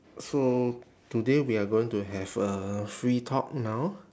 so today we are going to have a free talk now